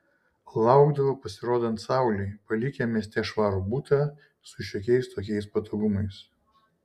laukdavo pasirodant saulei palikę mieste švarų butą su šiokiais tokiais patogumais